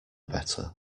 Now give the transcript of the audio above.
better